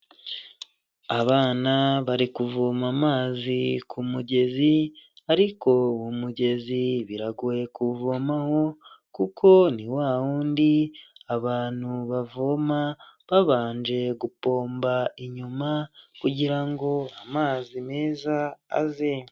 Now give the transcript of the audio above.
Abana bari kuvoma amazi ku mugezi, ariko uwo mugezi biragoye kuwuvomaho kuko ni wa w'undi abantu bavoma babanje gupomba inyuma kugira ngo amazi meza aze.